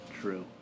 True